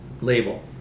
label